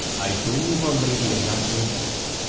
i bring of our lady a lesson set,